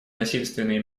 насильственные